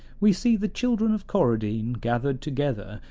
we see the children of coradine gathered together,